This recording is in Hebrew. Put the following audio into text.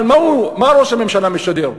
אבל מה ראש הממשלה משדר,